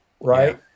right